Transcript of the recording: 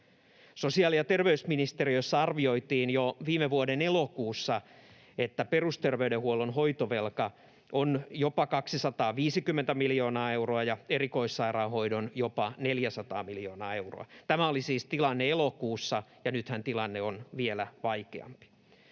Sosiaali- ja terveysministeriössä arvioitiin jo viime vuoden elokuussa, että perusterveydenhuollon hoitovelka on jopa 250 miljoonaa euroa ja erikoissairaanhoidon jopa 400 miljoonaa euroa. Tämä oli siis tilanne elokuussa, ja nythän tilanne on vielä vaikeampi.